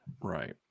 Right